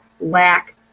lack